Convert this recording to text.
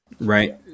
right